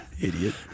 Idiot